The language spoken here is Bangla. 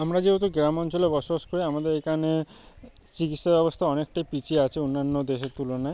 আমরা যেহেতু গ্রাম অঞ্চলে বসবাস করি আমাদের এইখানে চিকিৎসা ব্যবস্থা অনেকটাই পিছিয়ে আছে অন্যান্য দেশের তুলনায়